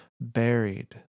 buried